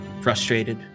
frustrated